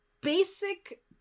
basic